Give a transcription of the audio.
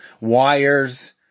wires